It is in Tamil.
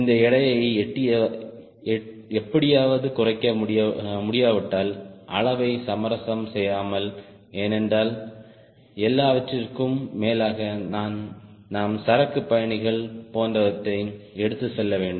இந்த எடையை எப்படியாவது குறைக்க முடியாவிட்டால் அளவை சமரசம் செய்யாமல் ஏனென்றால் எல்லாவற்றிற்கும் மேலாக நாம் சரக்கு பயணிகள் போன்றவற்றை எடுத்துச் செல்ல வேண்டும்